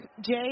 Jay